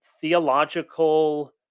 theological